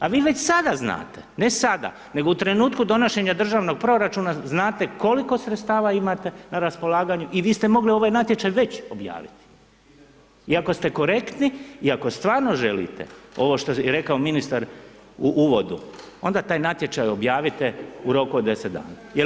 A vi već sada znate, ne sada nego u trenutku donošenja državnog proračuna, znate koliko sredstava imate na raspolaganju i vi ste mogli ovaj natječaj već objaviti i ako ste korektni i ako stvarno želite ovo što je rekao ministar u uvodu, onda taj natječaj objavite u roku od 10 dana.